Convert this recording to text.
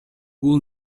бул